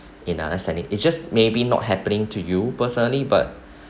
in another setting it just may be not happening to you personally but